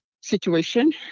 situation